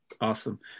awesome